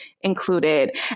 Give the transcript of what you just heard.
included